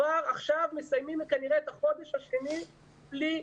הם כבר עכשיו מסיימים כנראה את החודש השני שלי משכורת.